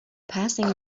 passing